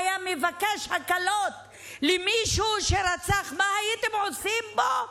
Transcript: היה מבקש הקלות למישהו שרצח, מה הייתם עושים לו?